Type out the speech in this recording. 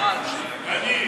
אני.